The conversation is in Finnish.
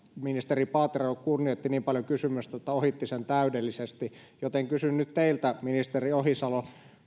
ministeri paatero kunnioitti kysymystä niin paljon että ohitti sen täydellisesti joten kysyn nyt teiltä ministeri ohisalo